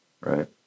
right